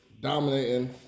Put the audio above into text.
dominating